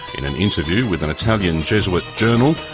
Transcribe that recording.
in an interview with an italian jesuit journal,